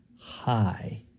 high